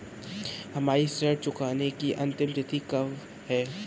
हमारी ऋण चुकाने की अंतिम तिथि कब है?